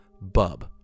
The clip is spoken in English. Bub